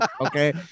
Okay